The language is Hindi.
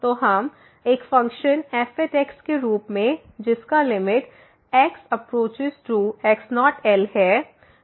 तो हम एक फ़ंक्शन f के रूप में जिसका limit x approaches to x0 L है